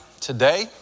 today